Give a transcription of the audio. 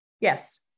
yes